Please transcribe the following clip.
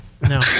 No